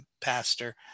pastor